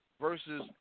versus